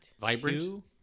vibrant